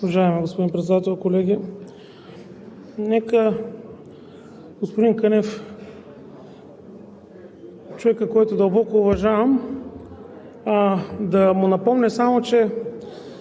Уважаеми господин Председател, колеги! Нека на господин Кънев – човека, когото дълбоко уважавам, да му напомня само, че